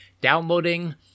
downloading